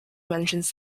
mentions